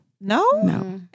No